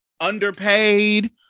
underpaid